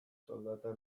soldata